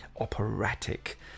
operatic